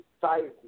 society